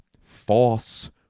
false